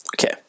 Okay